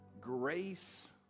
grace